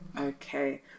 okay